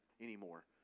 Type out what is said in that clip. anymore